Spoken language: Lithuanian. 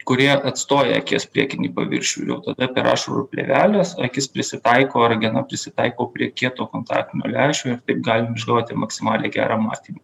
kurie atstoja akies priekinį paviršių tada per ašarų plėveles akis prisitaiko ragena prisitaiko prie kieto kontaktinio lęšio ir taip galim išgauti maksimaliai gerą matymą